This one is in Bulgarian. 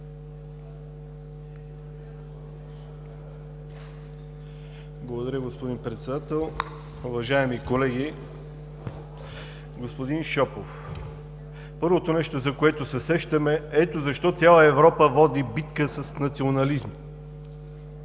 Благодаря, господин Председател. Уважаеми колеги! Господин Шопов, първото нещо, за което се сещам, е: ето защо цяла Европа води битка с национализма